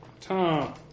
Tom